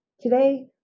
Today